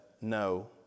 no